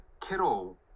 Kittle